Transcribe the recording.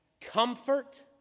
Comfort